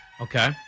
Okay